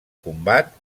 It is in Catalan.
combat